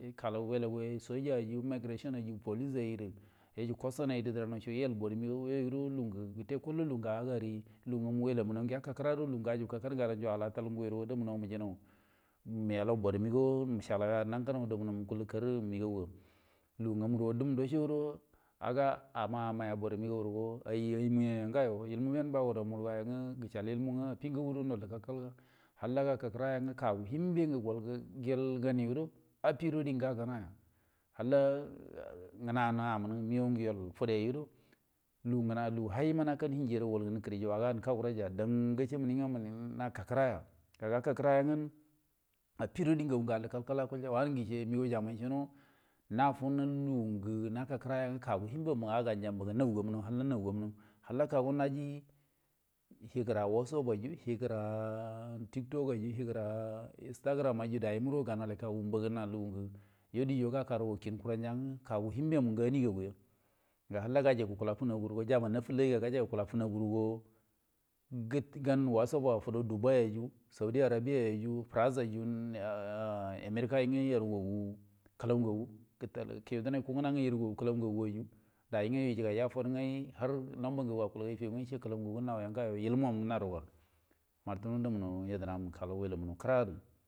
Ekallou wellagu sajai yu police yeyu magrason ye yu yeji koston gel bor mega yo yen gedo lugu kettea kol ge o lugunge ha gan wellamu gam kira gudo lugun go judu kakkadi gadan akal gu dumuyo melo bor mago me callau mange karri mego ga lugu gamuro dumu ndottogudi aga amai yo bor negoro al yei ne ngayo ye yen-gecal ilmunga – ilmuyen bawo dinga gecal ilmunga affi ngaido nalli kal kal nga halla gaka kira yonga kawu tuin benge golnge gel ganyudo affi gudo di ganyowa halla ngani gamun gudo wal fude gudo lugu hai yiman hingie woro walnu nikiri an kawure ya dan nge gace menin ga meni naka kira ya ga aka kirayen nge affigudo di aji kal kal nga hinni wange mgo kamai ano nefunni luga aka kiran nge yen kawu hinben mu agajen maino, munai mu wo lejin a wasop yu a tik tok yu instagram yu yau mbaga na lugu diyyo gaka danjan ge kawu lunben mu ga amigau ya nga halla gukula funaguro jaman hafillai ro gan wasop wa fudo dubai yu saudia arabiyenyu faras yeyu ea amirkan ye yu ku loi ngagu ngetalau ke denai kungina nge yuraiwu kulai ngagu ye yu dai nge ljai ya port ngege har mumber ngagu aculga kulaiwu ilmo muin martino dam muno yedena mu talau wellam mu kira gedi.